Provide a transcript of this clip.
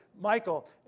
Michael